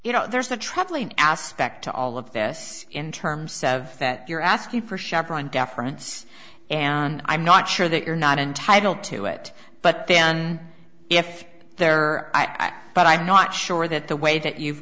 you know there's a troubling aspect to all of this in terms of that you're asking for chevron deference and i'm not sure that you're not entitled to it but then if there are but i'm not sure that the way that you've